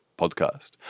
podcast